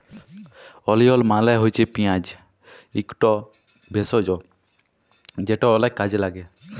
ওলিয়ল মালে হছে পিয়াঁজ ইকট ভেষজ যেট অলেক কাজে ল্যাগে